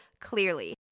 clearly